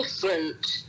different